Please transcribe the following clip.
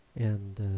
and